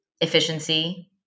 efficiency